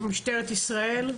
משטרתי ישראל?